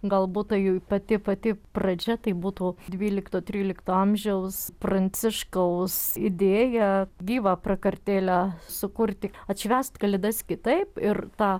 galbūt tai pati pati pradžia tai būtų dvylikto trylikto amžiaus pranciškaus idėja gyvą prakartėlę sukurti atšvęst kalėdas kitaip ir tą